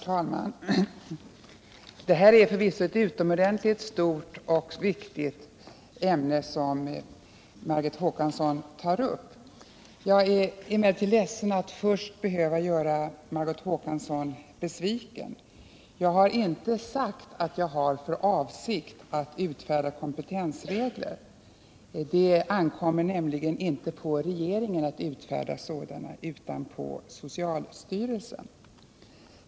Herr talman! Det är förvisso ett utomordentligt stort och viktigt ämne som Margot Håkansson tar upp. Jag beklagar emellertid att jag måste göra Margot Håkansson besviken. Jag har inte sagt att jag har för avsikt att utfärda kompetensregler. Det ankommer nämligen inte på regeringen att utfärda sådana utan på socialstyrelsen.